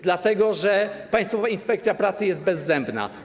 Dlatego że Państwowa Inspekcja Pracy jest bezzębna.